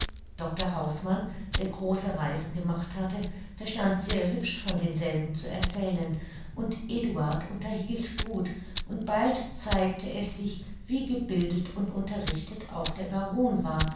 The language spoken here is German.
dr hausmann der große reisen gemacht hatte verstand sehr hübsch von denselben zu erzählen auch eduard unterhielt gut und bald zeigte es sich wie gebildet und unterrichtet auch der baron war